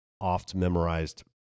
oft-memorized